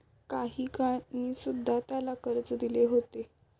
काही काळ मी सुध्धा त्याला कर्ज दिले होते